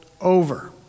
over